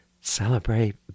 Celebrate